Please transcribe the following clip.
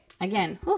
again